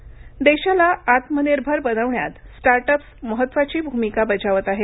startup देशाला आत्मनिर्भर बनवण्यात स्टार्टअप्स महत्त्वाची भूमिका बजावत आहे